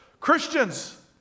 Christians